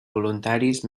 voluntaris